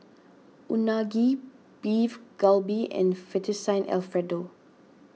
Unagi Beef Galbi and Fettuccine Alfredo